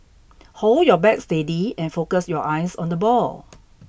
hold your bat steady and focus your eyes on the ball